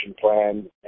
plan